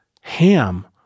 Ham